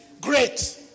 great